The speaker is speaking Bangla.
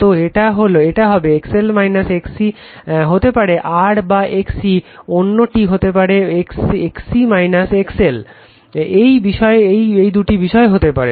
তো এটা হবে XL XC হতে পারে R বা XC অন্যটি হতে পারে XC XL এই দুটি বিষয় হতে পারে